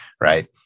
right